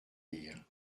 rire